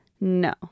No